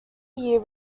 year